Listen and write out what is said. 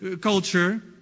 culture